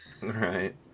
Right